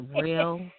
real